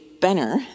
Benner